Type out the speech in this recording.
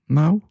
now